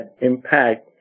impact